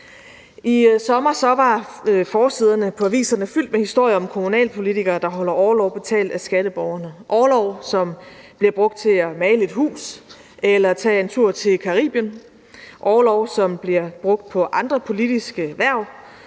I sommer var forsiderne på aviserne fyldt med historier om kommunalpolitikere, der holder orlov betalt af skatteborgerne – orlov, som bliver brugt til at male et hus eller tage en tur til Caribien; orlov, som bliver brugt på andre politiske hverv;